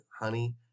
honey